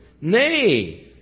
Nay